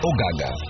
Ogaga